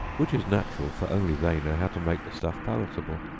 which is natural, for only they know how to make the stuff palatable.